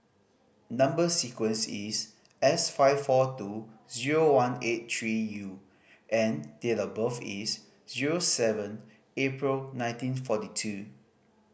number sequence is S five four two zero one eight three U and date of birth is zero seven April nineteen forty two